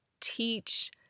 teach